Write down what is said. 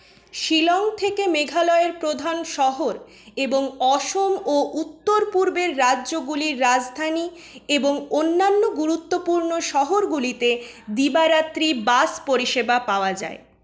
শিলং থেকে মেঘালয়ের সমস্ত প্রধান শহর এবং অসম ও উত্তর পূর্বের রাজ্যগুলির রাজধানী এবং অন্যান্য গুরুত্বপূর্ণ শহরগুলিতে দিবারাত্রি বাস পরিষেবা পাওয়া যায়